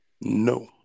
No